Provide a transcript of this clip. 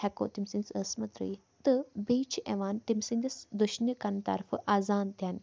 ہٮ۪کو تٔمۍ سٕنٛدِس ٲسَس منٛز ترٲیِتھ تہٕ بیٚیہِ چھِ یِوان تٔمۍ سٕنٛدِس دوٚشنہِ کَن طرفہٕ آزان دِنہٕ